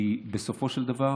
כי בסופו של דבר